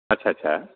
अच्छा अच्छा